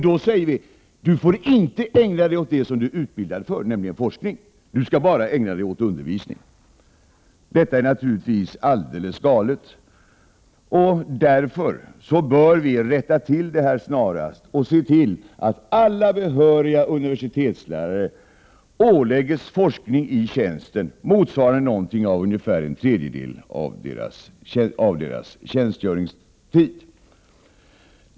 Då säger vi: Du får inte ägna dig åt det du är utbildad för, nämligen forskning; du skall bara ägna dig åt undervisning. Detta är naturligtvis alldeles galet. Vi bör därför snarast rätta till detta och se till att alla behöriga universitetslärare ålägges forskning i tjänsten under ungefär en tredjedel av deras tjänstgöringstid.